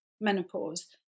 menopause